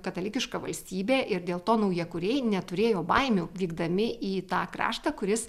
katalikiška valstybė ir dėl to naujakuriai neturėjo baimių vykdami į tą kraštą kuris